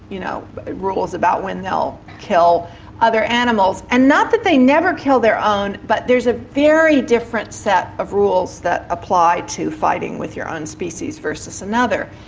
you know rules about when they'll kill other animals and not that they never kill their own but there's a very different set of rules that apply to fighting with their own species versus another.